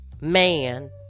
man